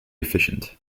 efficient